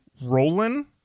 Roland